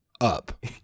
up